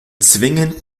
zwingend